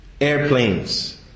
airplanes